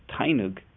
Tainug